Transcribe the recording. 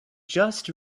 just